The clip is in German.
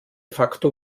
facto